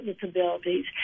disabilities